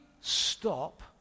stop